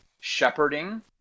shepherding